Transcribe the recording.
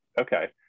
Okay